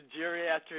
geriatric